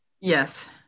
Yes